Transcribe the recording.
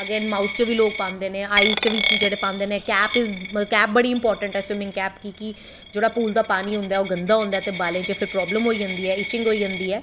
mouth च बी लोग पांदे न आईज च बी लोग पैांदे नै कैप बड़ी इंपार्टैंट ऐ सविमिंग कैप कि के जेह्का पूल दा पानी होंदा ऐ ओह् गंदा होंदा ऐ बालें च फिर प्रावलम होई जंदी ऐ इचिंग होई जंदी ऐ